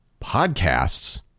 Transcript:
podcasts